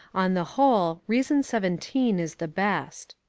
on the whole, reason seventeen is the best.